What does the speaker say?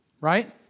Right